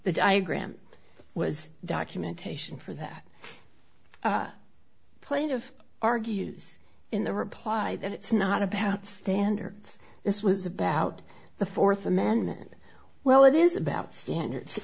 the diagram was documentation for that plane of argues in the reply that it's not about standards this was about the th amendment well it is about standards